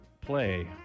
play